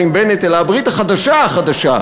וחבל שהטעיתם ציבור גדול של אנשים ממחנה המרכז,